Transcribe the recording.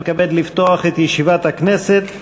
מתכבד לפתוח את ישיבת הכנסת.